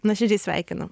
nuoširdžiai sveikinu